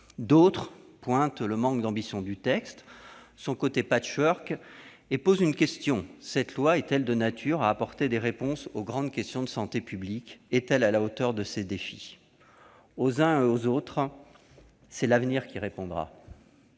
D'autres soulignent le manque d'ambition du texte, son côté patchwork, et posent une question : cette loi est-elle de nature à apporter des réponses aux grandes questions de santé publique ? Est-elle à la hauteur des défis ? Aux uns et aux autres, l'avenir répondra.